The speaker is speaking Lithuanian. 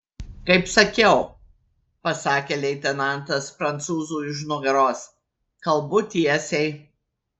kaip sakiau pasakė leitenantas prancūzui už nugaros kalbu tiesiai